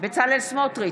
בצלאל סמוטריץ' בעד